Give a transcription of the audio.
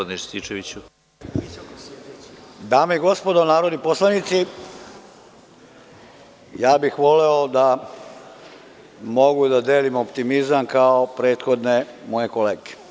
Dame i gospodo narodni poslanici, ja bih voleo da mogu da delim optimizam kao prethodne moje kolege.